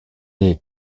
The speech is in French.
est